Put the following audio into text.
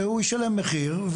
והוא ישלם מחיר.